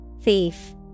Thief